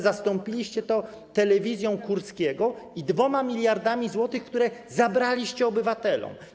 Zastąpiliście to telewizją Kurskiego i 2 mld zł, które zabraliście obywatelom.